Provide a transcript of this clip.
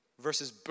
versus